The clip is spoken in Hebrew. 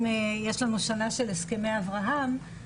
אם יש לנו שנה של הסכמי אברהם,